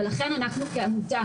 ולכן אנחנו כעמותה,